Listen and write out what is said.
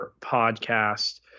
podcast